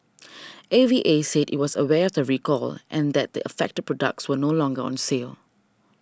A V A said it was aware of the recall and that the affected products were no longer on sale